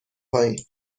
پایین